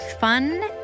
fun